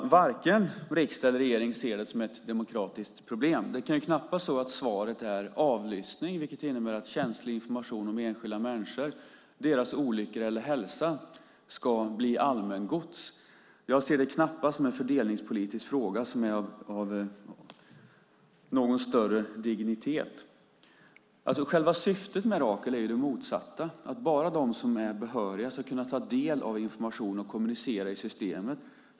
Varken riksdag eller regering ser det som ett demokratiskt problem. Det kan knappast vara så att svaret är avlyssning, vilket innebär att känslig information om enskilda människor, deras olyckor eller hälsa ska bli allmängods. Jag ser det knappast som en fördelningspolitisk fråga som är av någon större dignitet. Själva syftet med Rakel är det motsatta, nämligen att bara de som är behöriga ska kunna ta del av informationen och kommunicera i systemet.